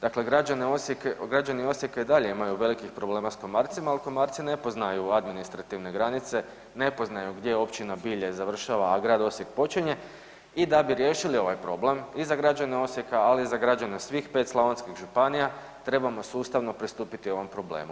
Dakle, građane Osijeka, građani Osijeka i dalje imaju velikih problema s komarcima jer komarci ne poznaju administrativne granice, ne poznaju gdje općina Bilje završava, a grad Osijek počinje i da bi riješili ovaj problem, i za građane Osijeka, ali i za građane svih 5 slavonskih županija, trebamo sustavno pristupiti ovom problemu.